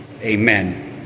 Amen